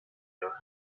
your